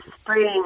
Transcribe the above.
spring